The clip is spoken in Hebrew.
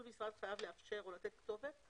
כל משרד חייב לאפשר או לתת כתובת לפנייה.